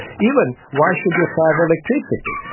even why should you have electricity?